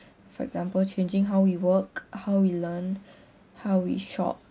for example changing how we work how we learn how we shop